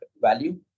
value